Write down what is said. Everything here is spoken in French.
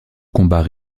combats